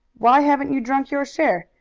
why haven't you drunk your share?